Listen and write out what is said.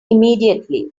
immediately